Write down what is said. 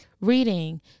Reading